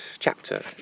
chapter